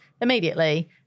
immediately